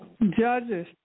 Judges